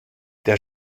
der